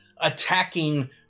attacking